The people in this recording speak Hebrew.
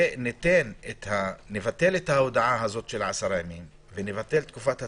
ונבטל את ההודעה של העשרה ימים ואת תקופת הצינון,